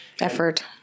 effort